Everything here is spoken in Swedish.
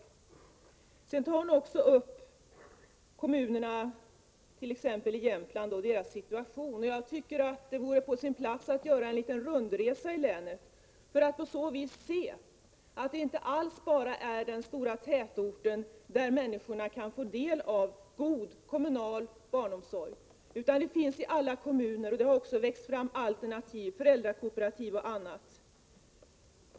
Ingrid Hemmingsson tar också upp situationen i glesbygdskommunerna, t.ex. i Jämtland. Det vore på sin plats att göra en liten rundresa i länet för att på så vis få klart för sig att det inte alls är bara i den stora tätorten som människorna kan få del av god, kommunal barnomsorg utan att den finns i alla kommuner. Det har också vuxit fram alternativ, såsom föräldrakooperativ och andra alternativ.